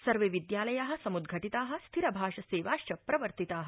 सर्वे विद्यालया सम्द्घटिता स्थिरभाष सेवाश्च प्रवर्तिता